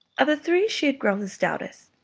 of the three she had grown the stoutest,